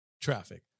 traffic